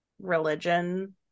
religion